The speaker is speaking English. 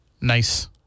nice